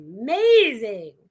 amazing